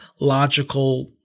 logical